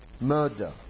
murder